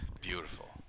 Beautiful